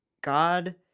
God